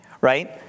Right